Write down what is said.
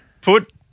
Put